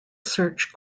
search